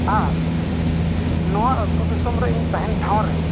ᱟᱨ ᱱᱚᱣᱟ ᱟᱹᱛᱩ ᱫᱤᱥᱚᱢ ᱨᱮ ᱤᱧ ᱛᱟᱦᱮᱱ ᱴᱷᱟᱶ ᱨᱮ